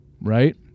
Right